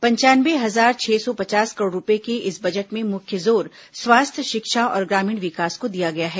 पंचानवे हजार छह सौ पचास करोड़ रूपये के इस बजट में मुख्य जोर स्वास्थ्य षिक्षा और ग्रामीण विकास को दिया गया है